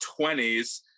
20s